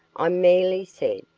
i merely said,